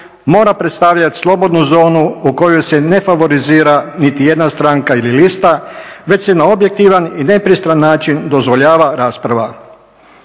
mora predstavljati slobodnu zonu u kojoj se ne favorizira niti jedna stranka ili lista, već se na objektivan i nepristran način dozvoljava rasprava.